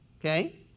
okay